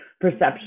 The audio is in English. perception